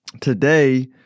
Today